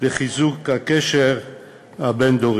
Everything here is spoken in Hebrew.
בחיזוק הקשר הבין-דורי.